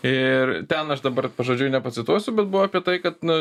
ir ten aš dabar pažodžiui nepacituosiu bet buvo apie tai kad na